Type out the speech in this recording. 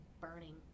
burning